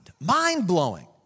mind-blowing